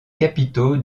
capitaux